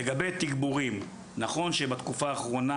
לגבי תגבורים נכון שבתקופה האחרונה,